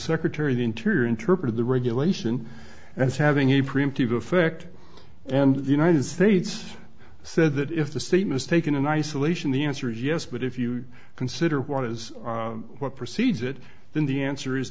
secretary of the interior interpreter the regulation as having a preemptive effect and the united states said that if the statements taken in isolation the answer is yes but if you consider what is what precedes it then the answer is